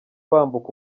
bambuka